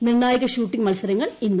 നിർണായക ഷൂട്ടിംഗ് മത്സരങ്ങൾ ഇന്ന്